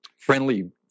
friendly